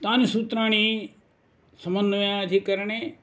तानि सूत्राणि समन्वयाधिकरणे